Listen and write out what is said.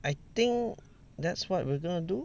I think that's what we're gonna do